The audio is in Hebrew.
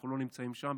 אנחנו לא נמצאים שם.